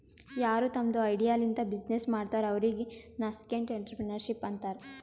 ಯಾರು ತಮ್ದು ಐಡಿಯಾ ಲಿಂತ ಬಿಸಿನ್ನೆಸ್ ಮಾಡ್ತಾರ ಅವ್ರಿಗ ನಸ್ಕೆಂಟ್ಇಂಟರಪ್ರೆನರ್ಶಿಪ್ ಅಂತಾರ್